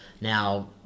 Now